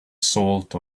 salt